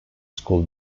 school